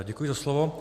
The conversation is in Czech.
Děkuji za slovo.